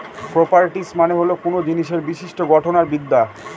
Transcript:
properties মানে হল কোনো জিনিসের বিশিষ্ট্য গঠন আর বিদ্যা